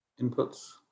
inputs